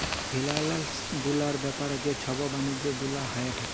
ফিলালস গুলার ব্যাপারে যে ছব বালিজ্য গুলা হঁয়ে থ্যাকে